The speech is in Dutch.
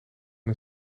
een